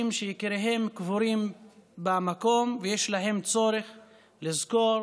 שיקיריהם קבורים במקום ויש להם צורך לזכור,